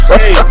hey